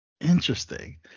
interesting